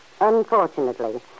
unfortunately